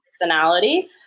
personality